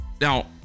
Now